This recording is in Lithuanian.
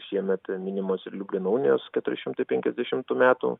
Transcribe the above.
šiemet minimos ir liublino unijos keturi šimtai penkiasdešimtų metų